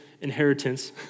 inheritance